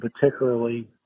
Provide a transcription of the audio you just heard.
particularly